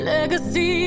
Legacy